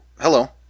hello